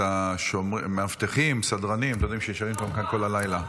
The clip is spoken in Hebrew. את המאבטחים והסדרנים שנשארים כאן כל הלילה.